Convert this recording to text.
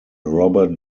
robert